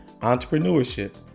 entrepreneurship